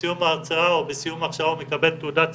ובסיום ההרצאה או בסיום ההכשרה הוא מקבל תעודת סמכות,